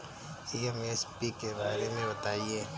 MSP के बारे में बतायें?